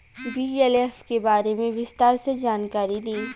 BLF के बारे में विस्तार से जानकारी दी?